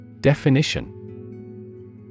Definition